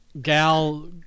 Gal